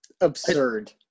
Absurd